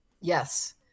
Yes